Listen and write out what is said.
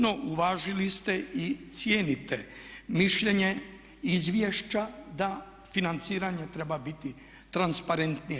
No, uvažili ste i cijenite mišljenje izvješća da financiranje treba biti transparentnije.